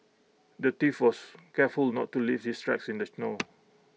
the thief was careful not to leave his tracks in the snow